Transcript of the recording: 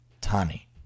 Tani